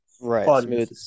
Right